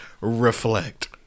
reflect